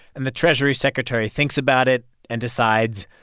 and the treasury secretary thinks about it and decides,